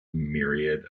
myriad